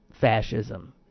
fascism